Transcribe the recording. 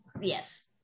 Yes